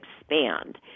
expand